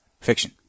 fiction